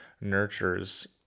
nurtures